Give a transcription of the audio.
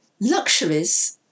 luxuries